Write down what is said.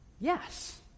yes